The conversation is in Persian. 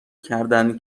کردهاند